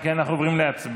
אם כן, אנחנו עוברים להצבעה.